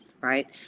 Right